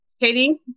Katie